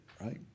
right